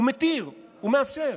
הוא מתיר, הוא מאפשר.